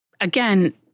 again